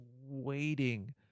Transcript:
waiting